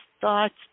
thoughts